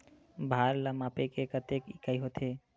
भार ला मापे के कतेक इकाई होथे?